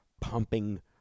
pumping